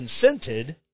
consented